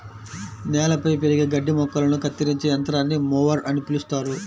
నేలపై పెరిగే గడ్డి మొక్కలను కత్తిరించే యంత్రాన్ని మొవర్ అని పిలుస్తారు